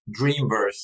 Dreamverse